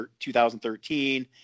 2013